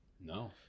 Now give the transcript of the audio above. No